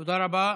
תודה רבה לדובר.